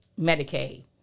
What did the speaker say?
Medicaid